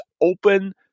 open